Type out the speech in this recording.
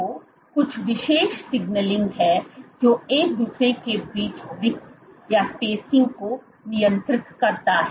तो कुछ विशेष सिग्नलिंग है जो एक दूसरे के बीच रिक्ति को नियंत्रित करता है